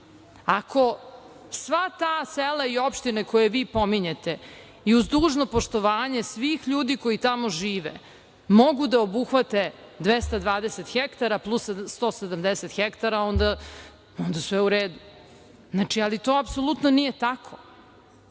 sva ta sela i opštine koje vi pominjete i uz dužno poštovanje svih ljudi koji tamo žive mogu da obuhvate 220 hektara plus 170 hektara, onda sve u redu. Znači, ali to apsolutno nije tako.